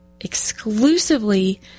exclusively